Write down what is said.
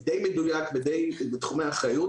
הוא די מדויק ודי בתחומי האחריות,